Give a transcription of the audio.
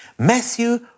Matthew